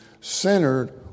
centered